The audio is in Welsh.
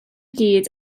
gyd